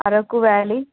Araku valley